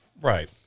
Right